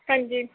ਹਾਂਜੀ